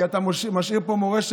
כי אתה משאיר פה מורשת,